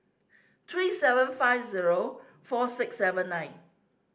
three seven five zero four six seven nine